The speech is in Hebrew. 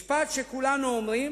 זה משפט שכולנו אומרים,